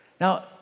Now